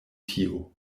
tio